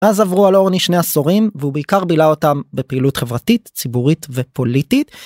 אז עברו על אורני שני עשורים והוא בעיקר בילה אותם בפעילות חברתית ציבורית ופוליטית.